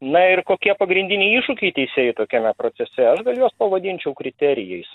na ir kokie pagrindiniai iššūkiai teisėjui tokiame procese aš gal juos pavadinčiau kriterijais